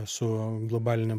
su globalinėm